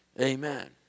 Amen